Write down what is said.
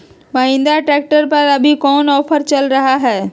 Mahindra tractor पर अभी कोन ऑफर चल रहा है?